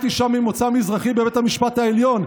אישה ממוצא מזרחי בבית המשפט העליון.